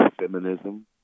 feminism